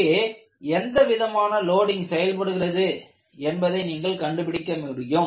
இங்கே எந்த விதமான லோடிங் செயல்படுகிறது என்பதை நீங்கள் கண்டுபிடிக்க முடியும்